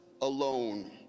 alone